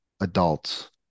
adults